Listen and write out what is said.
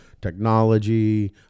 Technology